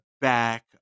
back